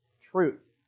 truth